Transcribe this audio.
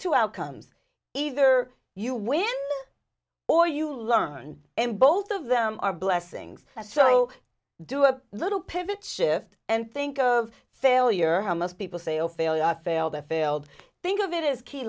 two outcomes either you win or you learn and both of them are blessings and so do a little pivot shift and think of failure how most people say oh failure i failed and failed think of it is key